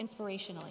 inspirationally